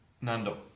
Nando